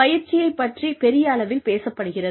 பயிற்சியைப் பற்றி பெரிய அளவில் பேசப்படுகிறது